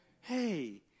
Hey